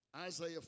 Isaiah